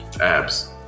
Abs